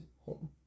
home